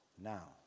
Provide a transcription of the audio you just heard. now